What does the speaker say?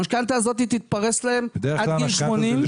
אנחנו מדברים על ממוצע של סך כל המענקים לדיור של